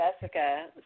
Jessica